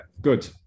good